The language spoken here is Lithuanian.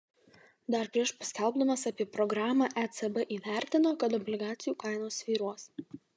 dar prieš paskelbdamas apie programą ecb įvertino kad obligacijų kainos svyruos